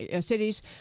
cities